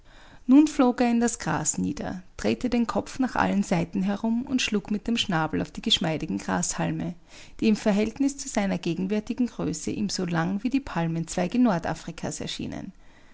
nun flog er in das gras nieder drehte den kopf nach allen seiten herum und schlug mit dem schnabel auf die geschmeidigen grashalme die im verhältnis zu seiner gegenwärtigen größe ihm so lang wie die palmenzweige nordafrikas erschienen